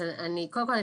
אז קודם כל,